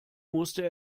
musste